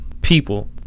people